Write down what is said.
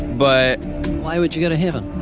but why would you go to heaven?